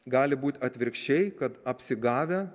gali būt atvirkščiai kad apsigavę